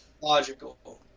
logical